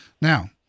Now